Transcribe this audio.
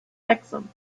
hexham